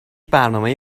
برنامه